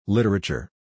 Literature